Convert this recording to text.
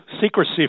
secrecy